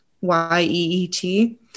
y-e-e-t